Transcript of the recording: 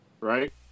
right